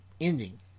ending